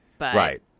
right